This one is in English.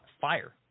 fire